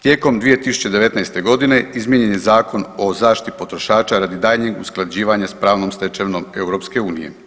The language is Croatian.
Tijekom 2019.g. izmijenjen je Zakon o zaštiti potrošača radi daljnjeg usklađivanja s pravnom stečevinom EU.